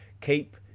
keep